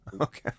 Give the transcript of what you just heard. Okay